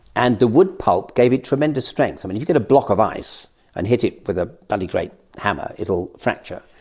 and the wood pulp gave it tremendous strength. if and you get a block of ice and hit it with a bloody great hammer, it will fracture.